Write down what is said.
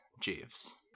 Jeeves